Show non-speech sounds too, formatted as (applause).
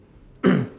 (coughs)